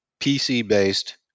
PC-based